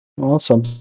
awesome